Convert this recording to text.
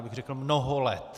Já bych řekl mnoho let.